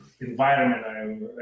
environment